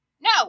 no